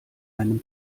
einem